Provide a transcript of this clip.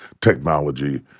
technology